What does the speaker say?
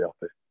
happy